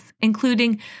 including